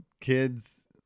kids